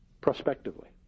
prospectively